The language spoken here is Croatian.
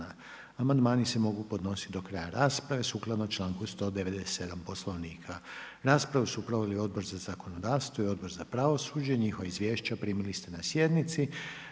Amandmani se mogu podnositi do kraja rasprave sukladno članku 197. Poslovnika. Raspravu su proveli Odbor za zakonodavstvo, Odbor za pravosuđe i Odbor za unutarnju